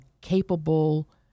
capable